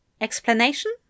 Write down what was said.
Explanation